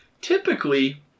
typically